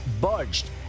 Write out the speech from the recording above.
budged